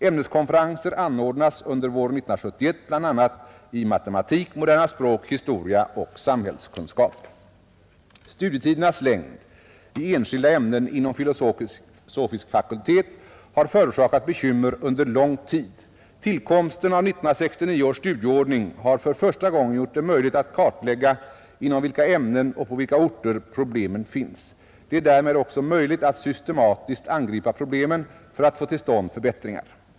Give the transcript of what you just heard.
Ämneskonferenser anordnas under våren 1971 i bl.a. matematik, moderna språk, historia och samhällskunskap. Studietidernas längd i enskilda ämnen inom filosofisk fakultet har förorsakat bekymmer under lång tid. Tillkomsten av 1969 års studieordning har för första gången gjort det möjligt att kartlägga inom vilka ämnen och på vilka orter problemen finns. Det är därmed också möjligt att systematiskt angripa problemen för att få till stånd förbättringar.